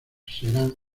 serán